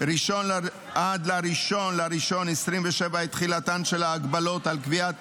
עד ל-1 בינואר 2027 את תחילתן של ההגבלות על קביעת